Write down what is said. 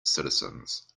citizens